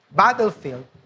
battlefield